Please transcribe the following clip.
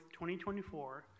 2024